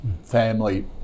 family